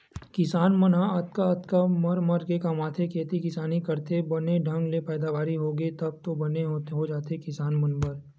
किसान मन ह अतका अतका मर मर के कमाथे खेती किसानी करथे बने ढंग ले पैदावारी होगे तब तो बने हो जाथे किसान मन बर